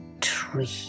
tree